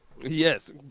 Yes